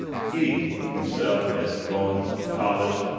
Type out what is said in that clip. he, himself, has gone to college,